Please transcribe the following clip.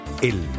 El